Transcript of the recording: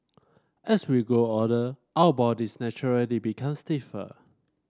as we grow older our bodies naturally become stiffer